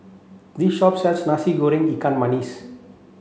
this shop sells Nasi Goreng Ikan